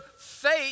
faith